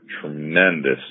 tremendous